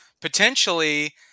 potentially